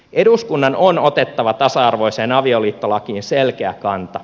eduskunnan on otettava tasa arvoiseen avioliittolakiin selkeä kanta